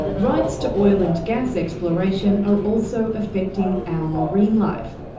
rights to oil and gas exploration are also affecting our marine life.